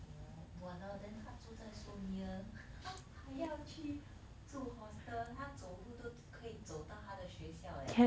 orh !walao! then 他住在 so near 还要去住 hostel 他走路都可以走到他的学校 leh